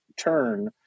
turn